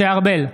בעד משה ארבל,